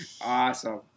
Awesome